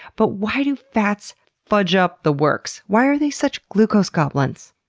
but why do fats fudge up the works? why are they such glucose goblins?